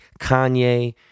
Kanye